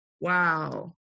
wow